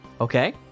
Okay